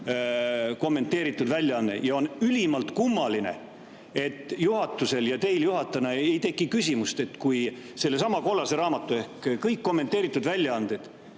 kommenteeritud väljaanne. On ülimalt kummaline, et juhatusel ja teil juhatajana ei teki küsimust, et kui seesama kollane raamat, kõik kommenteeritud väljaanded